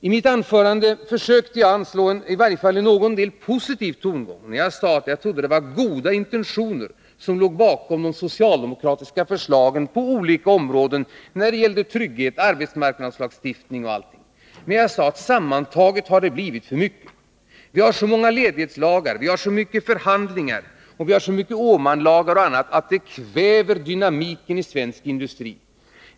I mitt anförande försökte jag i varje fall i någon del anslå en positiv ton. Jag sade att jag trodde det var goda intentioner som låg bakom de socialdemokratiska förslagen på olika områden — när det gäller trygghet, arbetsmarknadslagstiftning och annat. Men jag sade att sammantaget har det blivit för mycket. Vi har så många ledighetslagar, så mycket förhandlingar och så mycket Åmanlagar och annat, att det kväver dynamiken i svensk industri.